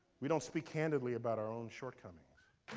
we don't speak candidly about our own shortcomings.